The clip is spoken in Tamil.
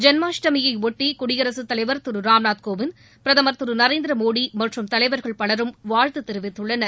ஜென்மாஷ்டமியையொட்டி குடியரசுத் தலைவா் திரு ராம்நாத் கோவிந்த் பிரதமா் திரு நரேந்திரமோடி மற்றும் தலைவர்கள் பலரும் வாழ்த்து தெரிவித்துள்ளனர்